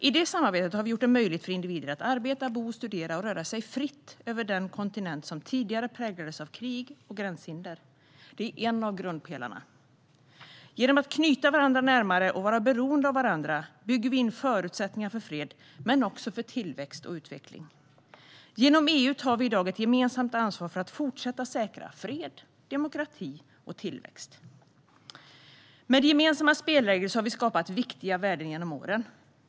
I detta samarbete har vi gjort det möjligt för individer att arbeta, bo, studera och röra sig fritt över den kontinent som tidigare präglades av krig och gränshinder. Det är en av grundpelarna. Genom att knyta varandra närmare och vara beroende av varandra bygger vi in förutsättningar för fred men också för tillväxt och utveckling. Genom EU tar vi i dag ett gemensamt ansvar för att fortsätta säkra fred, demokrati och tillväxt. Med gemensamma spelregler har vi skapat viktiga värden genom åren.